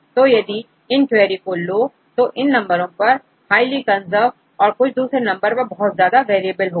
तो यदि इन क्वेरी को लो तो इस नंबर पर यह हाईली कंजर्व और कुछ दूसरे नंबर पर यह बहुत ज्यादा वेरिएबल होगा